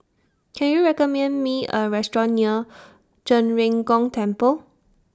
Can YOU recommend Me A Restaurant near Zhen Ren Gong Temple